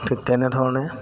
ঠিক তেনেধৰণে